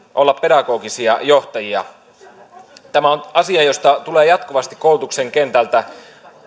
olla pedagogisia johtajia tämä on asia josta tulee jatkuvasti koulutuksen kentältä